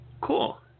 Cool